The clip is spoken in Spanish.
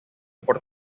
por